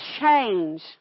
change